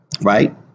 right